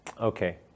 Okay